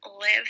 live